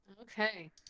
Okay